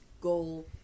goal